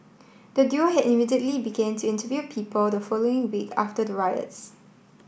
the duo had immediately began to interview people the following week after the riots